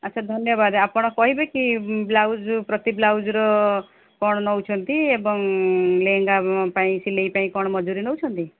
ଆଚ୍ଛା ଧନ୍ୟବାଦ ଆପଣ କହିବେ କି ବ୍ଲାଉଜ୍ ପ୍ରତି ବ୍ଲାଉଜ୍ର କ'ଣ ନେଉଛନ୍ତି ଏବଂ ଲେହେଙ୍ଗା ପାଇଁ ସିଲେଇ ପାଇଁ କଣ ମଜୁରୀ ନେଉଛନ୍ତି